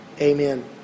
Amen